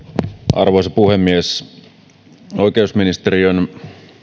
arvoisa puhemies oikeusministeriön